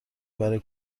برای